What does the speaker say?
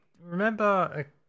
remember